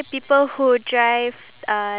I told you already